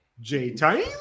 J-Time